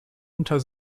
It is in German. unter